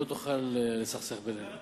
לא תוכל לסכסך בינינו.